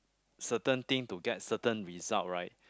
certain thing to get certain result right